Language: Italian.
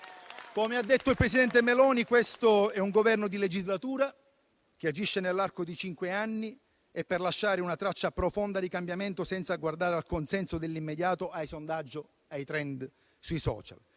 Come ha detto il presidente Meloni, questo è un Governo di legislatura, che agisce nell'arco di cinque anni e per lasciare una traccia profonda di cambiamento, senza guardare al consenso nell'immediato ai sondaggi, ai *trend* sui *social*.